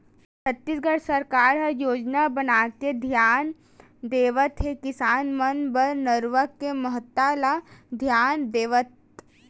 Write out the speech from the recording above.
छत्तीसगढ़ सरकार ह योजना बनाके धियान देवत हे किसान मन बर नरूवा के महत्ता ल धियान देवत